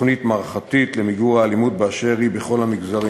תוכנית מערכתית למיגור האלימות באשר היא בכל המגזרים.